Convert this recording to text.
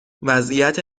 وضعیت